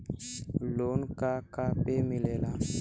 Loan का का पे मिलेला?